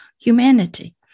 humanity